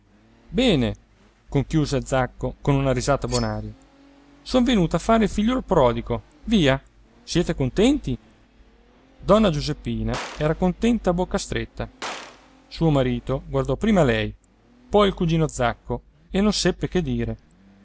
a fare bene conchiuse zacco con una risata bonaria son venuto a fare il figliuol prodigo via siete contenti donna giuseppina era contenta a bocca stretta suo marito guardò prima lei poi il cugino zacco e non seppe che dire